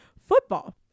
football